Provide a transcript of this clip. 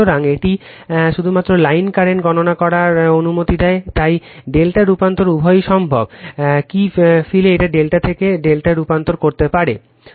সুতরাং এটি শুধুমাত্র লাইন স্রোত গণনা করার অনুমতি দেয় তাই ∆∆ রূপান্তর উভয়ই সম্ভব যদি ফিল এটিকে ∆ থেকে থেকে ∆ এ রূপান্তর করতে পারে